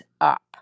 up